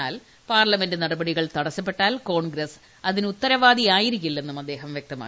എന്നാൽ പാർലമെന്റ് നടപടികൾ തടസ്സപ്പെട്ടാൽ കോൺഗ്രസ് അതിനുത്തരവാദിയായിരിക്കില്ലെന്നും അദ്ദേഹം വ്യക്തമാക്കി